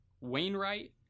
Wainwright